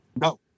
No